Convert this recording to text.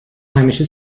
همیشه